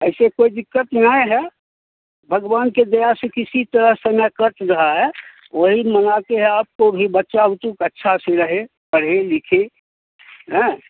ऐसा कोई दिक्कत नहीं है भगवान की दया से किसी तरह समय कट रहा है वहीं मांगते के आपको भी बच्चा उच्चा का अच्छे से रहे पढ़े लिखे हाँ